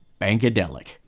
Bankadelic